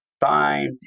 time